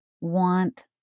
want